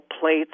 plates